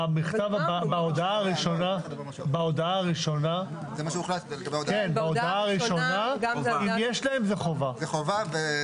בהודעה הראשונה, אם יש להם, זאת חובה.